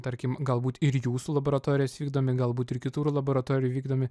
tarkim galbūt ir jūsų laboratorijos vykdomi galbūt ir kitur laboratorijų vykdomi